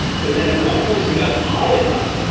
but then at one point as we got high enough,